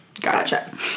gotcha